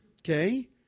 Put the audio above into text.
okay